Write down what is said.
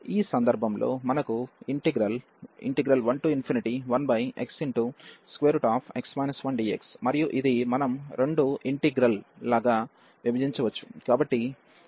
ఈ సందర్భంలో మనకు ఇంటిగ్రల్ 11xx 1dx మరియు ఇది మనం రెండు ఇంటిగ్రల్ లగా విభజించవచ్చు